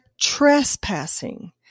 trespassing